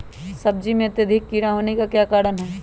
सब्जी में अत्यधिक कीड़ा होने का क्या कारण हैं?